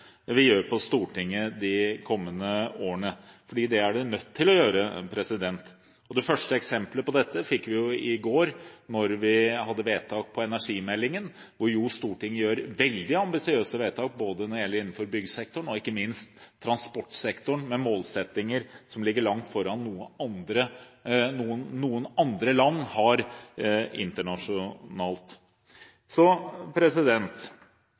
vi gjør på Stortinget de kommende årene. Det er det nødt til å gjøre. Det første eksemplet på dette fikk vi i går, da vi hadde vedtak om energimeldingen, der Stortinget gjør veldig ambisiøse vedtak både innenfor byggsektoren og ikke minst innenfor transportsektoren med målsettinger som ligger langt foran noe annet land.